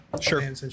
Sure